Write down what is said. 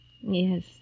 Yes